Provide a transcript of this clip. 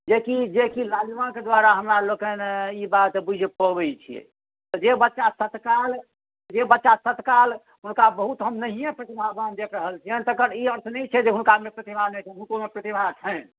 जेकि जेकि लालिमाके द्वारा हमरा लोकनि ई बात बुझि पबैत छियै जे बच्चा तत्काल जे बच्चा तत्काल हुनका बहुत हम नहिओ प्रतिभावान देख रहल छियनि तकर ई अर्थ नहि छै जे हुनकामे प्रतिभा नहि छनि हुनकोमे प्रतिभा छनि